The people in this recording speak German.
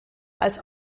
als